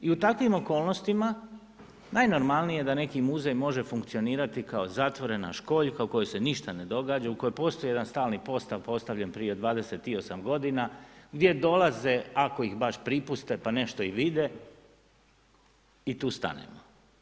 I u takvim okolnostima najnormalnije da neki muzej može funkcionirati kao zatvorena školjka u kojoj se ništa ne događa, u kojoj postoji jedan stalni postav postavljen prije 28 g., gdje dolaze ako ih baš pripuste pa nešto i vide, i tu stanemo.